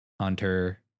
Hunter